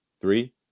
Three